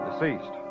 deceased